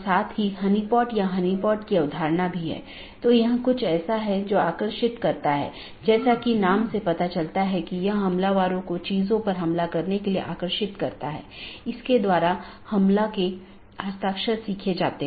बाहरी gateway protocol जो एक पाथ वेक्टर प्रोटोकॉल का पालन करते हैं और ऑटॉनमस सिस्टमों के बीच में सूचनाओं के आदान प्रदान की अनुमति देता है